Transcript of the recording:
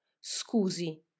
Scusi